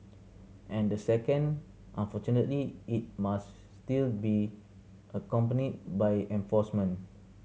and the second unfortunately it must still be accompanied by enforcement